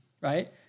right